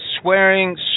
swearing